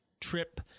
trip